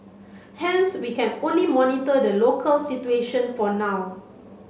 hence we can only monitor the local situation for now